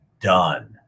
done